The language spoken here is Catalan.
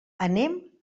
anem